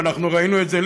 ואנחנו ראינו את זה.